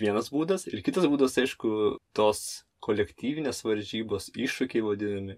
vienas būdas ir kitas būdas aišku tos kolektyvinės varžybos iššūkiai vadinami